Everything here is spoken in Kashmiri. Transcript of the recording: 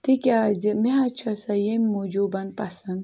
تِکیٛازِ مےٚ حظ چھ سۄ ییٚمہِ موٗجوٗبَن پَسنٛد